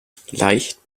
leicht